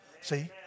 See